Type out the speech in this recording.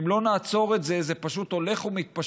אם לא נעצור את זה, זה פשוט הולך ומתפשט.